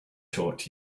taught